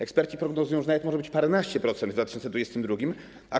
Eksperci prognozują, że nawet może być paręnaście procent w 2022 r.